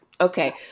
Okay